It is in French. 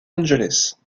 angeles